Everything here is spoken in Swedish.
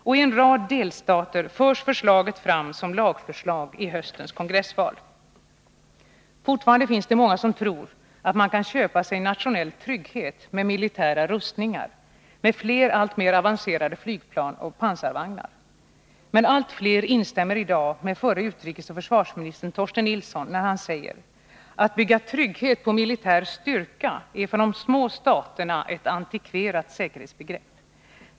Och i en rad delstater förs förslaget fram som lagförslag i höstens kongressval. Fortfarande finns det många som tror att man kan köpa sig nationell trygghet med militära rustningar, med fler alltmer avancerade flygplan och pansarvagnar. Men allt fler instämmer i dag med förre utrikesoch försvarsministern Torsten Nilsson när han säger: ”Att bygga trygghet på militär styrka är för de små staterna ett antikverat säkerhetsgrepp.